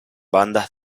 bandas